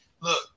Look